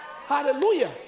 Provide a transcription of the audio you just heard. Hallelujah